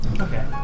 Okay